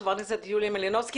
חברת הכנסת יוליה מלינובסקי.